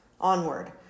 Onward